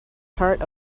part